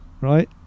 Right